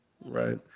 Right